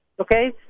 okay